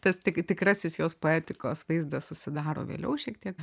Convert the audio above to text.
tas tik tikrasis jos poetikos vaizdas susidaro vėliau šiek tiek